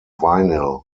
vinyl